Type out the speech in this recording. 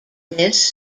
this